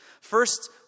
First